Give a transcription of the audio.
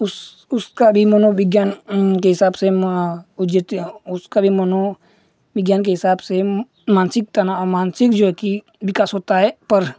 उस उसका भी मनोविज्ञान के हिसाब से ऊ जितने उसका भी मनो विज्ञान के हिसाब से मानसिक तना मानसिक जो कि विकास होता है पर